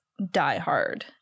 diehard